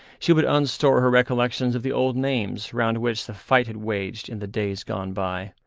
she would unstore her recollections of the old names round which the fight had waged in the days gone by.